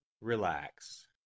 Relax